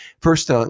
first